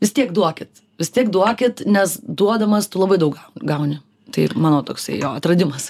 vis tiek duokit vis tiek duokit nes duodamas tu labai daug gauni tai ir mano toksai jo atradimas